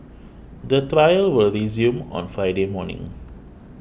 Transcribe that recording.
the trial will resume on Friday morning